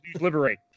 liberate